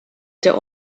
der